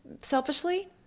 selfishly